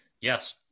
yes